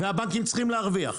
והבנקים צריכים להרוויח.